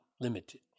limited